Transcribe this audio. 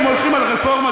אם הולכים על רפורמה,